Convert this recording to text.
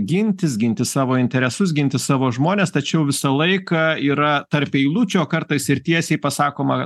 gintis ginti savo interesus ginti savo žmones tačiau visą laiką yra tarp eilučių o kartais ir tiesiai pasakoma